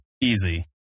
Easy